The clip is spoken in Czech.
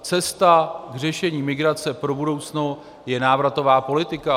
Cesta k řešení migrace pro budoucnost je návratová politika.